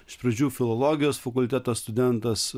iš pradžių filologijos fakulteto studentas